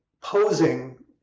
posing